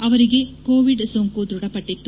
ಅವರಿಗೆ ಕೋವಿಡ್ ಸೋಂಕು ದ್ವಧಪಟ್ಟಿತ್ತು